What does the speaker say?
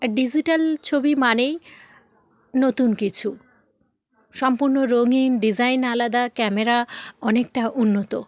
আর digital ছবি মানেই নতুন কিছু সম্পূর্ণ রঙিন ডিজাইন আলাদা ক্যামেরা অনেকটা উন্নত